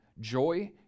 joy